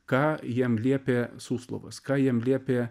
ką jam liepė suslovas ką jam liepė